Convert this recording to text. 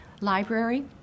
library